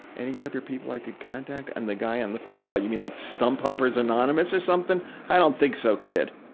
any other people i could contact? and the guy on the phone said, what, you mean like stump humpers anonymous? ah i don't think so, kid!